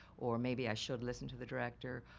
or maybe i should listen to the director,